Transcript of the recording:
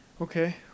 okay